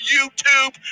YouTube